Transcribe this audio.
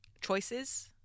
choices